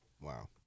Wow